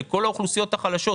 לכל האוכלוסיות החלשות.